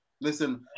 Listen